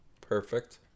Perfect